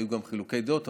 היו גם חילוקי דעות,